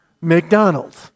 McDonald's